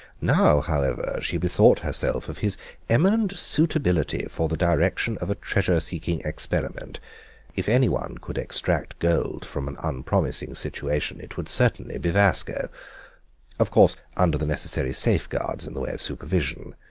now, however, she bethought herself of his eminent suitability for the direction of a treasure-seeking experiment if anyone could extract gold from an unpromising situation it would certainly be vasco of course, under the necessary safeguards in the way of supervision.